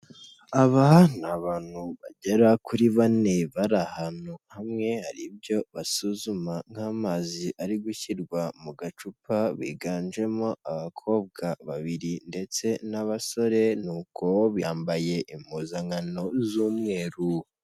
Aba ni abantu bagera kuri bane bari ahantu hamwe, hari ibyo basuzuma nk'amazi ari gushyirwa mu gacupa, biganjemo abakobwa babiri ndetse n'abasore nuko bambaye impuzankano z'umweru.